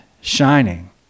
shining